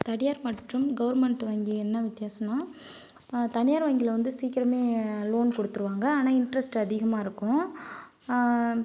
தனியார் மற்றும் கவர்மெண்ட் வங்கி என்ன வித்தியாசம்னா தனியார் வங்கியில வந்து சீக்கிரமே லோன் கொடுத்துடுவாங்க ஆனால் இன்ட்ரஸ்ட் அதிகமாக இருக்கு ஆ